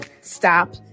stop